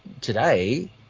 today